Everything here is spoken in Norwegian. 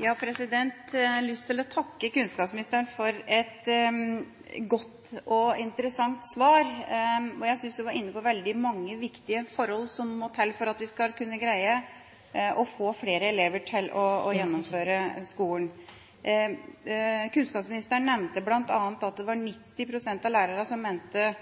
Jeg har lyst til å takke kunnskapsministeren for et godt og interessant svar. Jeg synes hun var inne på mange viktige forhold som må til for at vi skal kunne greie å få flere elever til å gjennomføre skolen. Kunnskapsministeren nevnte bl.a. at 90 pst. av lærerne mente